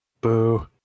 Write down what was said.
Boo